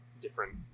different